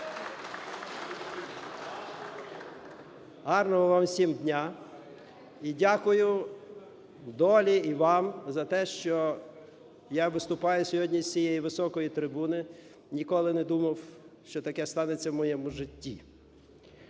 Гарного вам всім дня! І дякую долі і вам за те, що я виступаю сьогодні з цієї високої трибуни, ніколи не думав, що таке станеться в моєму житті.